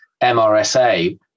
mrsa